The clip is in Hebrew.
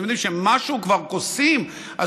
אתם יודעים שכשכבר עושים משהו,